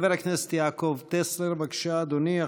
חבר הכנסת יעקב טסלר, בבקשה, אדוני.